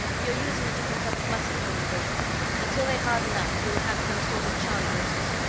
you're using a different set of muscles when you walk until they harden up, you'll have some assorted charley horses.